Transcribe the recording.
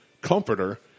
comforter